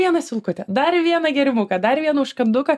vieną silkutę dar vieną gėrimuką kad dar vieną užkanduką